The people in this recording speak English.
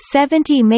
Seventy